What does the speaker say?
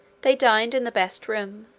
they dined in the best room,